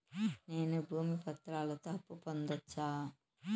నేను భూమి పత్రాలతో అప్పు పొందొచ్చా?